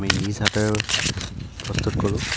আমি নিজ হাতেৰে প্ৰস্তুত কৰোঁ